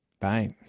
Bye